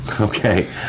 Okay